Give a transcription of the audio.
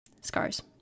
Scars